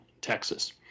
Texas